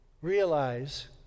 realize